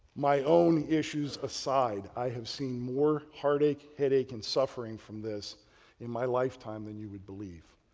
my own issues aside, i have seen more heartache, headache, and suffering from this in my lifetime than you would believe.